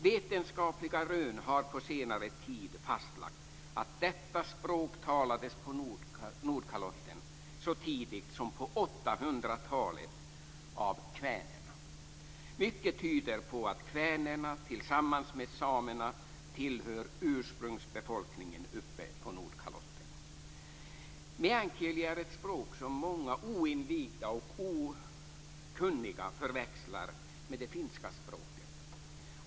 Vetenskapliga rön har på senare tid fastlagt att detta språk talades på Nordkalotten så tidigt som på 800 talet av kvänerna. Mycket tyder på att kvänerna tillsammans med samerna tillhör ursprungsbefolkningen på Nordkalotten. Meänkieli är ett språk som många oinvigda och okunniga förväxlar med det finska språket.